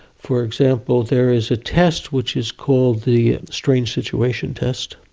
for example, there is a test which is called the strange situation test.